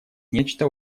нечто